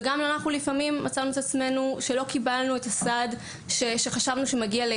וגם אנחנו מצאנו את עצמנו לפעמים במקרים בהם